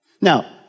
Now